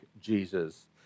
Jesus